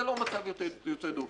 זה לא מצב יוצא דופן.